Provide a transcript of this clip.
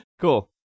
Cool